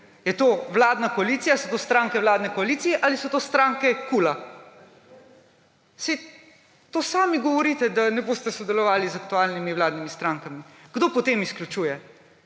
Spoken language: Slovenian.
je to koalicija, ali so stranke vladne koalicije, ali so to stranke KUL? Saj to sami govorite, da ne boste sodelovali z aktualnimi vladnimi strankami. Kdo potem izključuje?